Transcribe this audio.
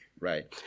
Right